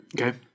Okay